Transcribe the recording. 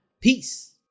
Peace